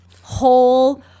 Whole